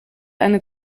eine